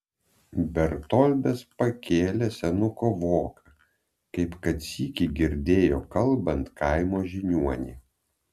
bertoldas pakėlė senuko voką kaip kad sykį girdėjo kalbant kaimo žiniuonį